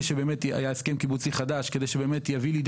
היה הסכם קיבוצי חדש כדי שיביא לידי